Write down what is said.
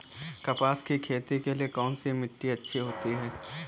कपास की खेती के लिए कौन सी मिट्टी अच्छी होती है?